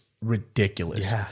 ridiculous